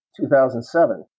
2007